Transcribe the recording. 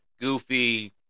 Goofy